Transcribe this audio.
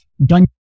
done